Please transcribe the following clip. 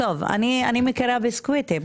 אני מכירה ביסקוויטים.